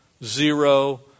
Zero